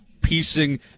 piecing